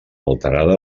alterada